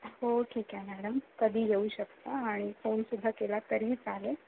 हो ठीक आहे मॅडम कधी येऊ शकता आणि फोन सुद्धा केला तरीही चालेल